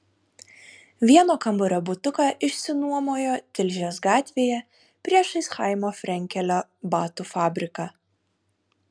vieno kambario butuką išsinuomojo tilžės gatvėje priešais chaimo frenkelio batų fabriką